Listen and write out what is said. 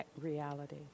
reality